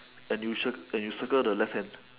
and you cir~ and you circle the left hand